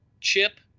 Chip